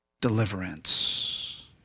deliverance